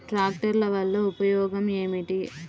ట్రాక్టర్ల వల్ల ఉపయోగం ఏమిటీ?